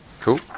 Cool